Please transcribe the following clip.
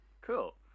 Cool